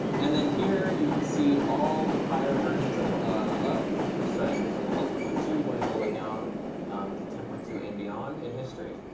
and then here you can see all the prior versions of love starting from eleven point two going all the way down to ten point two and beyond in history.